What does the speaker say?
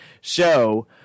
show